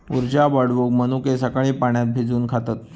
उर्जा वाढवूक मनुके सकाळी पाण्यात भिजवून खातत